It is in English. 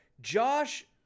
Josh